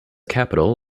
capital